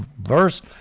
verse